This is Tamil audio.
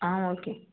ஆ ஓகே